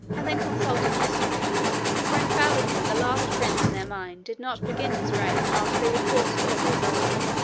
and then consulting history for infallibly the last prince in their mind did not begin his reign after they were fourscore years old.